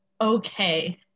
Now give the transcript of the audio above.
okay